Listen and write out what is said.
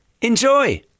Enjoy